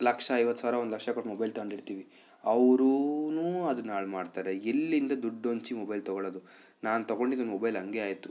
ಲಕ್ಷ ಐವತ್ತು ಸಾವಿರ ಒಂದು ಲಕ್ಷ ಕೊಟ್ಟು ಮೊಬೈಲ್ ತೊಗೊಂಡಿರ್ತೀವಿ ಅವ್ರೂ ಅದನ್ನು ಹಾಳು ಮಾಡ್ತಾರೆ ಎಲ್ಲಿಂದ ದುಡ್ಡು ಹೊಂಚಿ ಮೊಬೈಲ್ ತೊಗೊಳೋದು ನಾನು ತೊಗೊಂಡಿದ್ದು ಮೊಬೈಲ್ ಹಂಗೆ ಆಯ್ತು